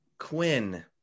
Quinn